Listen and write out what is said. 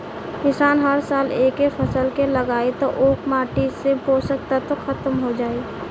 किसान हर साल एके फसल के लगायी त ओह माटी से पोषक तत्व ख़तम हो जाई